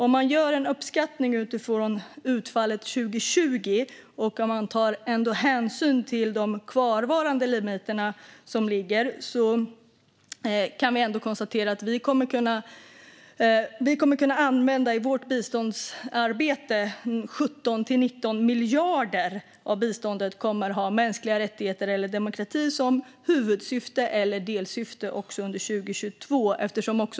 Om man gör en uppskattning utifrån utfallet 2020, och om man tar hänsyn till de kvarvarande limiterna, kan vi ändå konstatera att vi under 2022 i vårt biståndsarbete kommer att kunna använda 17-19 miljarder av biståndet till mänskliga rättigheter eller demokrati som huvudsyfte eller delsyfte.